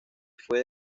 fue